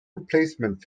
replacement